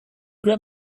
grab